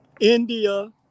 India